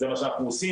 זה מה שאנחנו עושים,